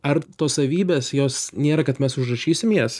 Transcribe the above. ar tos savybės jos nėra kad mes užrašysim jas